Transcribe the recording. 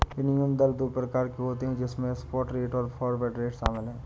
विनिमय दर दो प्रकार के होते है जिसमे स्पॉट रेट और फॉरवर्ड रेट शामिल है